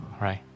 right